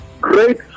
great